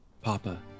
Papa